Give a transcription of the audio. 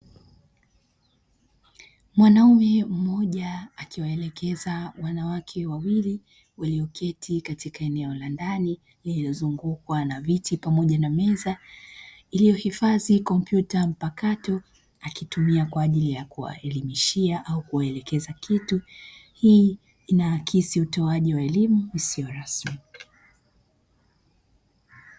Mwanaume mmoja akiwaelekeza wanawake wawili walioketi katika eneo la ndani lililozungukwa na viti pamoja na meza iliohifadhi kompyuta mpakato akitumia kwa ajili ya kuwaelimishia au kuwalekezea kitu. Hii inaakisi utoaji wa elimu isiyo rasmi.